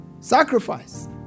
Sacrifice